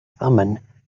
thummim